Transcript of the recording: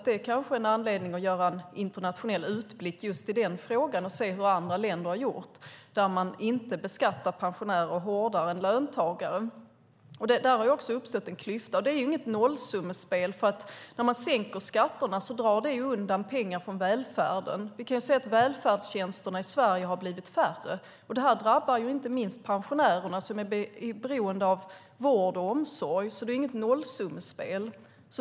Det kanske är en anledning till att göra en internationell utblick i just den frågan för att se hur andra länder, där man inte beskattar pensionärer hårdare än löntagare, har gjort. Det har uppstått en klyfta där också. Det är inte något nollsummespel, för om man sänker skatterna drar det undan pengar från välfärden. Vi kan se att välfärdstjänsterna i Sverige har blivit färre, och det drabbar inte minst pensionärerna som är beroende av vård och omsorg. Det är alltså inte något nollsummespel.